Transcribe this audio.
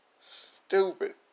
Stupid